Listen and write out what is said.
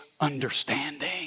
understanding